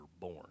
born